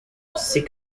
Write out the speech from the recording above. sick